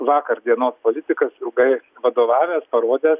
vakar dienos politikas ilgai vadovavęs parodęs